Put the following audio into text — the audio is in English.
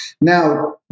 Now